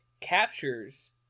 captures